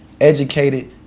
educated